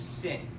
sin